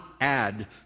add